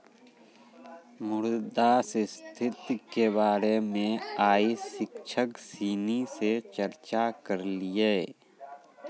मुद्रा स्थिति के बारे मे आइ शिक्षक सिनी से चर्चा करलिए